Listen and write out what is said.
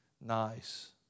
nice